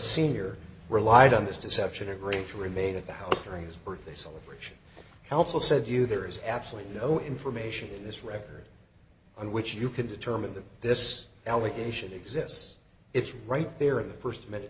senior relied on this deception or great to remain at the house during his birthday celebration helpful said you there is absolutely no information in this record on which you can determine that this allegation exists it's right there in the st minute